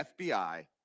FBI